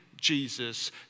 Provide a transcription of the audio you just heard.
Jesus